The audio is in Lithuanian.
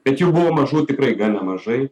bet jau buvo mažų tikrai gan nemažai